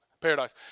Paradise